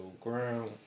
ground